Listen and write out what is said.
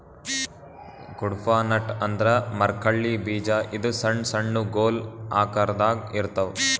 Cuddapah nut ಅಂದ್ರ ಮುರ್ಕಳ್ಳಿ ಬೀಜ ಇದು ಸಣ್ಣ್ ಸಣ್ಣು ಗೊಲ್ ಆಕರದಾಗ್ ಇರ್ತವ್